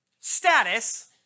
Status